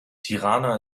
tirana